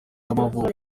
y’amavuko